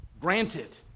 granted